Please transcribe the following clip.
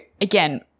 again